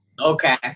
Okay